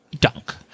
dunk